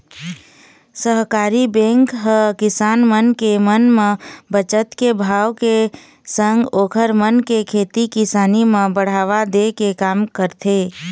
सहकारी बेंक ह किसान मन के मन म बचत के भाव के संग ओखर मन के खेती किसानी म बढ़ावा दे के काम करथे